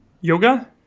yoga